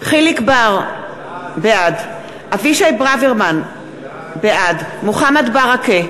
חיליק בר, בעד אבישי ברוורמן, בעד מוחמד ברכה,